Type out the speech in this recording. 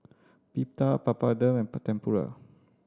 Pita Papadum and Tempura